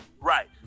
right